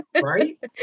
Right